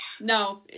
no